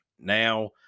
Now